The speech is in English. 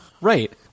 Right